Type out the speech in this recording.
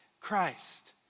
Christ